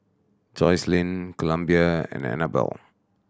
Jocelyne Columbia and Annabelle